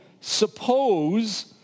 suppose